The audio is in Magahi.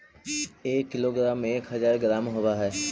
एक किलोग्राम में एक हज़ार ग्राम होव हई